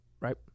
Right